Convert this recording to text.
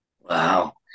Wow